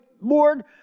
Lord